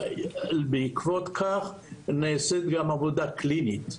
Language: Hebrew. בעקבות כך, נעשית גם עבודה קלינית.